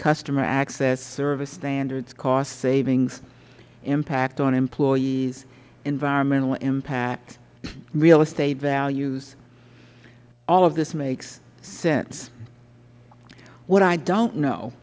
customer access service standards cost savings impact on employees environmental impact real estate values all of this makes sense what i don't know